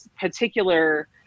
particular